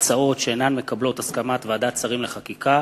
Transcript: הצעות שאינן מקבלות את הסכמת ועדת שרים לחקיקה,